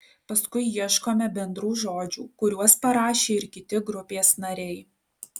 paskui ieškome bendrų žodžių kuriuos parašė ir kiti grupės nariai